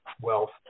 wealth